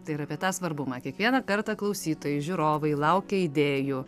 tai ir apie tą svarbumą kiekvieną kartą klausytojai žiūrovai laukia idėjų